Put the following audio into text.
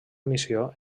missió